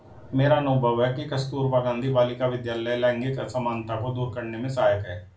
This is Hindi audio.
मेरा अनुभव है कि कस्तूरबा गांधी बालिका विद्यालय लैंगिक असमानता को दूर करने में सहायक है